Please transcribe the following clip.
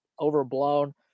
overblown